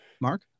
Mark